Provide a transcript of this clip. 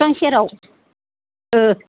बिफां सेराव ओ